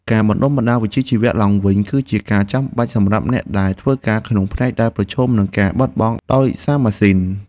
ការបណ្តុះបណ្តាលវិជ្ជាជីវៈឡើងវិញ គឺជាការចាំបាច់សម្រាប់អ្នកដែលធ្វើការងារក្នុងផ្នែកដែលប្រឈមនឹងការបាត់បង់ដោយសារម៉ាស៊ីន។